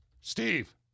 Steve